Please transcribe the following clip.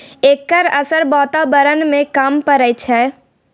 एकर असर बाताबरण में कम परय छै